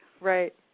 Right